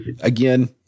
Again